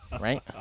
Right